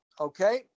okay